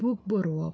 book बरोवप